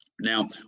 Now